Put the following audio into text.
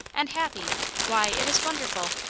and happy why, it is wonderful!